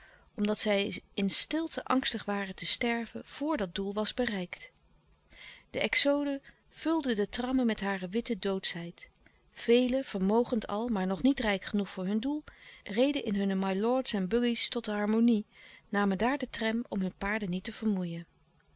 omdat zij in stilte angstig waren te sterven vor dat doel was bereikt de exode vulde de trammen met hare witte doodschheid velen vermogend al maar nog niet rijk genoeg voor hun doel reden in hunne mylords en buggy's tot de harmonie namen daar den tram om hun paarden niet te vermoeien